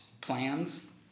plans